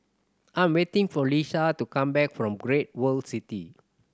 I am waiting for Leisha to come back from Great World City